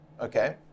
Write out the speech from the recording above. Okay